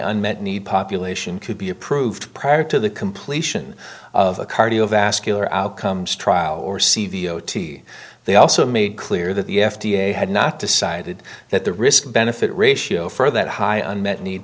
on meth need population could be approved prior to the completion of a cardiovascular outcomes trial or c v o t they also made clear that the f d a had not decided that the risk benefit ratio for that high on met need